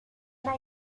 una